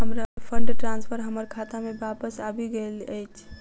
हमर fund transfer हमर खाता मे बापस आबि गइल अछि